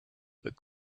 that